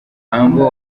humble